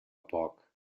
poc